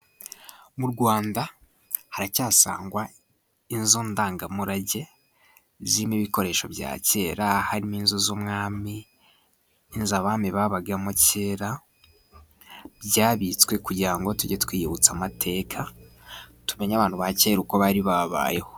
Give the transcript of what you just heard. Mu Rwanda haracyasangwa inzu ndangamurage, zirimo ibikoresho bya kera, harimo inzu z'umwami, n'inzu abami babagamo kera byabitswe, kugira ngo tujye twiyibutsa amateka tumenye abantu ba kera uko bari babayeho.